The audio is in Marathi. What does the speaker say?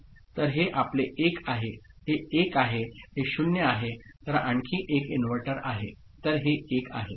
तर हे आपले 1 आहे हे 1 आहे हे 0 आहे तर आणखी एक इन्व्हर्टर आहे तर हे 1 आहे